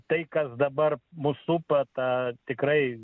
tai kas dabar mus supa ta tikrai